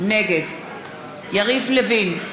נגד יריב לוין,